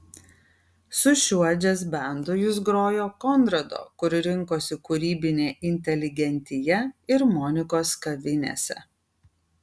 su šiuo džiazbandu jis grojo konrado kur rinkosi kūrybinė inteligentija ir monikos kavinėse